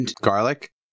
Garlic